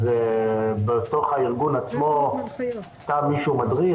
בתוך הארגון עצמו סתם מישהו מדריך?